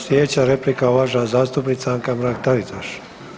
Sljedeća replika uvažena zastupnica Anka Mrak-Taritaš.